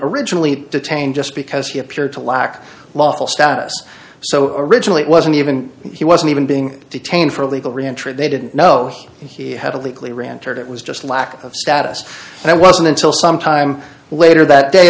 originally detained just because he appeared to lack lawful status so originally it wasn't even he wasn't even being detained for illegal reentry they didn't know he had obliquely ranter it was just lack of status and it wasn't until sometime later that day